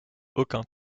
aucun